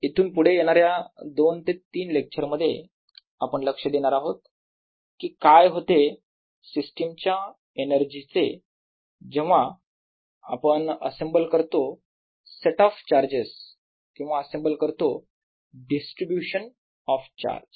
इथून पुढे येणाऱ्या 2 ते 3 लेक्चर मध्ये आपण लक्ष देणार आहोत की काय होते सिस्टीम च्या एनर्जी चे आपण जेव्हा असेंबल करतो सेट ऑफ चार्जेस किंवा असेंबल करतो डिस्ट्रीब्यूशन ऑफ चार्ज